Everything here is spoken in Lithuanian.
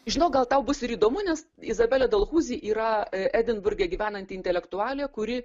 žinau gal tau bus ir įdomu nes izabelė dalhuzi yra edinburge gyvenanti intelektualė kuri